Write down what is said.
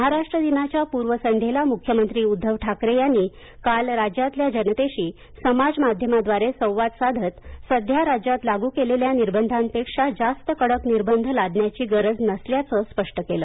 महाराष्ट्र दिनाच्या पूर्वसंध्येला मुख्यमंत्री उद्दव ठाकरे यांनी काल राज्यातल्या जनतेशी समाज माध्यमाद्वारे संवाद साधत सध्या राज्यात लागू केलेल्या निर्बंधांपेक्षा जास्त कडक निर्बंध लादण्याची गरज नसल्याचं स्पष्ट केलं